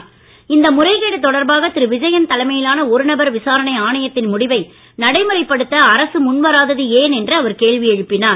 இந்த முறைகேடு தொடர்பாக திரு விஜயன் தலைமையிலான ஒரு நபர் விசாரணை ஆணையத்தின் முடிவை நடைமுறைப்படுத்த அரசு முன்வராதது ஏன் என்று கேள்வி எழுப்பினார்